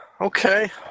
Okay